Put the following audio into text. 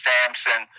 Samson